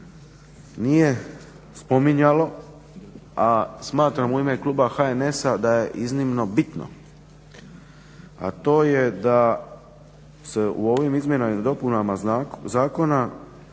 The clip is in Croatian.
nije spominjalo, a smatram u ime kluba HNS-a da je iznimno bitno a to je da se u ovim izmjenama i dopunama zakona